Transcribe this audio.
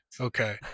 okay